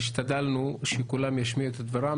השתדלנו שכולם ישמיעו את דברם.